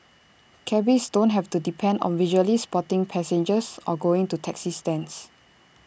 cabbies don't have to depend on visually spotting passengers or going to taxi stands